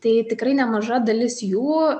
tai tikrai nemaža dalis jų